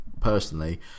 personally